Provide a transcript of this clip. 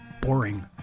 boring